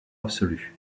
absolu